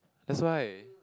that's why